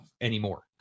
anymore